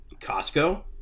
Costco